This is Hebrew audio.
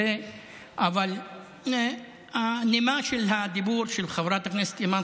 אבל הנימה של הדיבור של חברת הכנסת אימאן